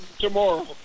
tomorrow